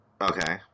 Okay